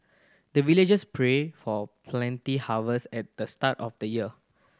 the villagers pray for plenty harvest at the start of the year